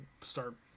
start